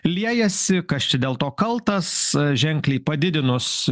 liejasi kas čia dėl to kaltas ženkliai padidinus